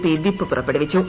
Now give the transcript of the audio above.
P whip പുറപ്പെടുവിച്ചു